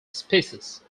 species